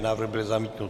Návrh byl zamítnut.